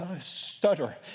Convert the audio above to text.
stutter